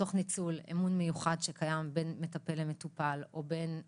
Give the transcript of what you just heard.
תוך ניצול אמון מיוחד שקיים בין מטפל למטופל או בין קולגות,